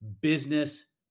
business